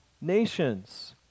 nations